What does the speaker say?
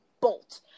bolt